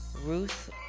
ruth